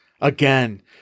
Again